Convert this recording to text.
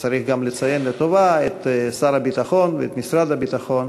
וצריך גם לציין לטובה את שר הביטחון ואת משרד הביטחון,